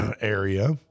area